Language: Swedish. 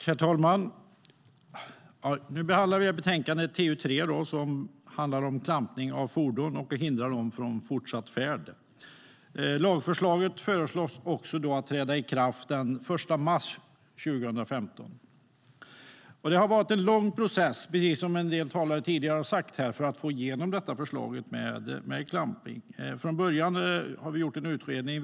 Herr talman! Nu behandlar vi betänkande TU3 som handlar om klampning av fordon för att hindra fortsatt färd. Lagförslaget föreslås träda i kraft den 1 mars 2015. Det har varit en lång process, precis som en del tidigare talare sagt, för att få igenom detta förslag med klampning. Först gjordes en utredning.